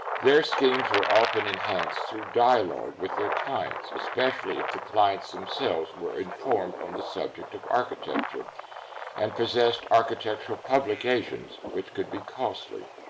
their schemes were often enhanced through dialogue with their clients, especially if the clients themselves were informed on the subject of architecture and possessed architectural publications, which could be costly.